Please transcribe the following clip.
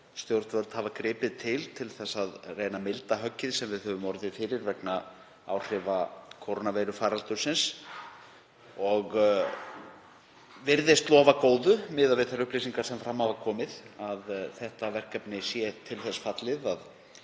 stjórnvöld hafa gripið til til að reyna að milda höggið sem við höfum orðið fyrir vegna áhrifa kórónuveirufaraldursins og virðist lofa góðu miðað við þær upplýsingar sem fram hafa komið, að þetta verkefni sé til þess fallið